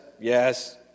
yes